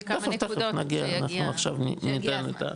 תיכף נגיע, אנחנו עכשיו ניתן,